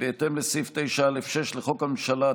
בהתאם לסעיף 9(א)(6) לחוק הממשלה,